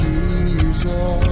Jesus